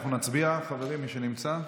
אנחנו נצביע, חברים, מי שנמצא.